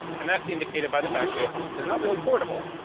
and that's indicated by the fact that they're not really portable,